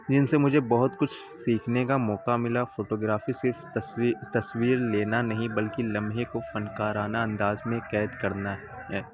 جن سے مجھے بہت کچھ سیکھنے کا موقع ملا فوٹوگررافی صرف تصویر تصویر لینا نہیں بلکہ لمحے کو فنکارانہ انداز میں قید کرنا ہے